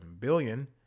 billion